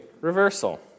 reversal